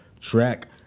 track